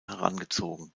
herangezogen